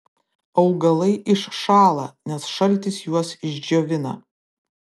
augalai iššąla nes šaltis juos išdžiovina